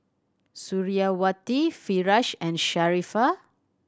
Suriawati Firash and Sharifah